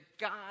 God